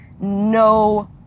no